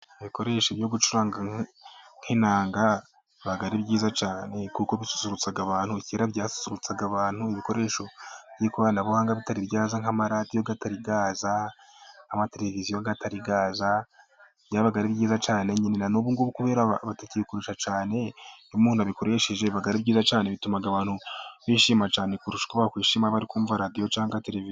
Ibikoresho byo gucuranga nk'inanga biba ari byiza cyane, kuko bisurutsa abantu, kera byasurutsaga abantu, ibikoresho by'ikoranabuhanga bitaribyaza nk'amaradiyo atariyaza, nama televiziyo atariyaza, byabaga ari byiza cyane, nubu kubera batakibikoresha cyane iyo umuntu abikoresheje biba ari byiza cyane, bituma abantu bishima cyane kurusha uko bakwishima bari kumva radio cyangwa televiziyo.